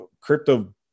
crypto